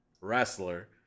wrestler